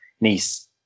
Nice